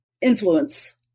influence